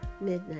midnight